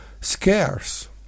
scarce